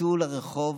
תצאו לרחוב,